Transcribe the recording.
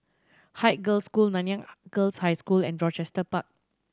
Haig Girls' School Nanyang Girls' High School and Rochester Park